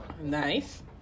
Nice